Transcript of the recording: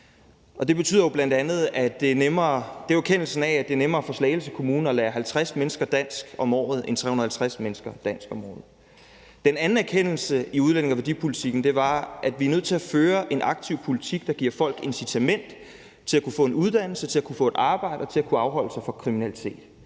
det er nemmere for Slagelse Kommune at lære 50 mennesker dansk om året end at lære 350 mennesker dansk om året. Den anden erkendelse i udlændinge- og værdipolitikken var, at vi er nødt til at føre en aktiv politik, der giver folk incitament til at kunne få en uddannelse, til at kunne få et